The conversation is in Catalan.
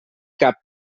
cap